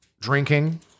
drinking